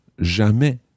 jamais